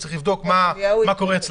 צריך לבדוק מה קורה אצלכם.